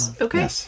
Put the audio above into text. Okay